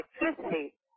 electricity